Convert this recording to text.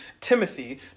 Timothy